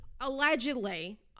allegedly